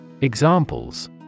Examples